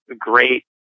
great